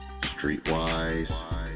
streetwise